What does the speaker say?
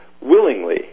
willingly